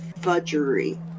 fudgery